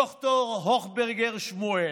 ד"ר הוכברגר שמואל,